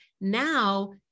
Now